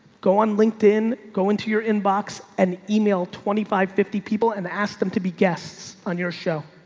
go on linkedin, go into your inbox and email twenty five fifty people and ask them to be guests on your show.